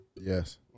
Yes